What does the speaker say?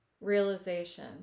realization